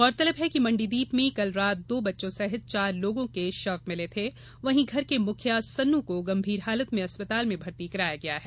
गौरतलब है कि मंडीदीप में कल रात दो बच्चों सहित चार लोगों के शव मिले थे वहीं घर के मुखिया सन्नू को गंभीर हालत में अस्पताल में भर्ती कराया गया है